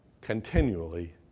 continually